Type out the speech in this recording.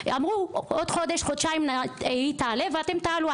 אמרו עוד חודש-חודשיים היא תעלה ואתם תעלו,